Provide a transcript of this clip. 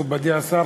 מכובדי השר,